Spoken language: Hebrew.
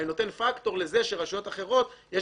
אני נותן פקטור לזה שברשויות אחרות יש